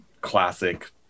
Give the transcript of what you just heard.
classic